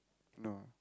no